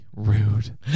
rude